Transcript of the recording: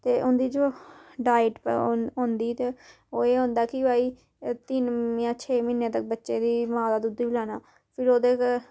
ते उंटदी जो डाइट होंदी ते ओह् एह् होंदा कि भई तिन जां छे म्हीने तक बच्चे दी मां दा दूद्ध गी पलैना फिर ओह्दे